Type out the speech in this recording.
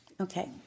Okay